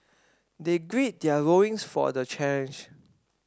they grid their loins for the challenge